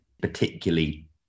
particularly